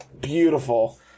Beautiful